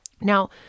Now